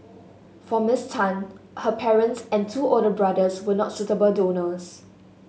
for Miss Tan her parents and two older brothers were not suitable donors